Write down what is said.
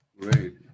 Great